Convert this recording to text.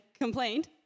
complained